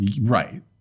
right